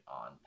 on